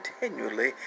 continually